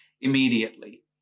immediately